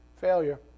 Failure